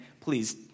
please